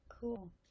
Cool